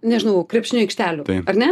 nežinau krepšinio aikštelių ar ne